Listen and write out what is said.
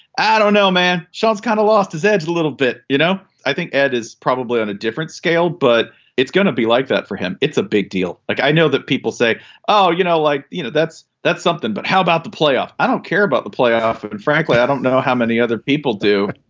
i don't know man. so is kind of lost his edge a little bit. you know i think ed is probably on a different scale but it's gonna be like that for him. it's a big deal. like i know that people say oh you know like you know that's that's something. but how about the playoff. i don't care about the playoff and frankly i don't know how many other people do.